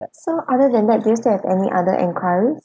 so other than that do you still have any other enquiries